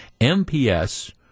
MPS